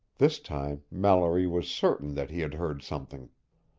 this time, mallory was certain that he had heard something.